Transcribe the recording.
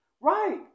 Right